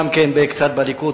קצת בליכוד,